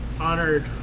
honored